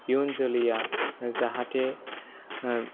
इयुन जोलैया जाहाथे